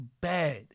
bad